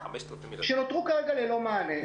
שנותרו כרגע ללא מענה.